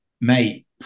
mate